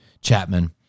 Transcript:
Chapman